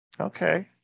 okay